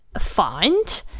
find